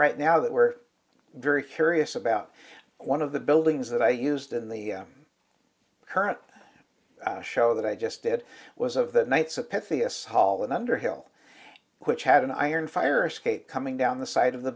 right now that we're very curious about one of the buildings that i used in the current show that i just did was of the knights of pythias hall in underhill which had an iron fire escape coming down the side of the